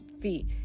feet